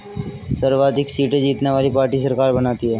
सर्वाधिक सीटें जीतने वाली पार्टी सरकार बनाती है